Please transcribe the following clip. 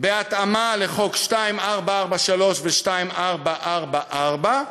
בהתאמה להחלטות 2443 ו-2444,